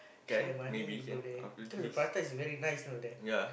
share money we go there because the prata is very nice you know there